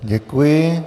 Děkuji.